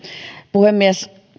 puhemies